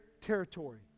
territory